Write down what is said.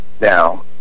now